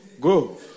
go